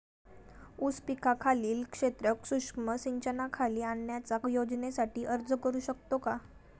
ऊस पिकाखालील क्षेत्र सूक्ष्म सिंचनाखाली आणण्याच्या योजनेसाठी अर्ज करू शकतो का?